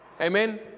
Amen